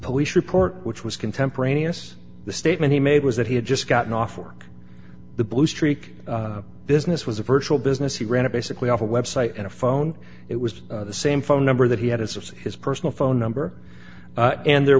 police report which was contemporaneous the statement he made was that he had just gotten off work the bluestreak business was a virtual business he ran it basically off a website and a phone it was the same phone number that he had as of his personal phone number and there